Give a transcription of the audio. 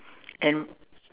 and